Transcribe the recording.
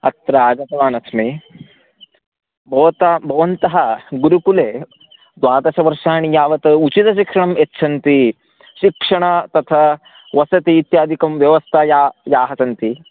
अत्र आगतवानस्मि भवतां भवन्तः गुरुकुले द्वादशवर्षाणी यावत् उचितशिक्षणं यच्छन्ति शिक्षणं तथा वसति इत्यादिकं व्यवस्था या याः सन्ति